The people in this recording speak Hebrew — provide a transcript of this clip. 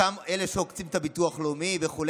אותם אלה שעוקצים את הביטוח הלאומי וכו'?